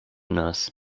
nurse